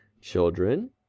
Children